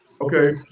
Okay